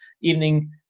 evening